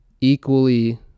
equally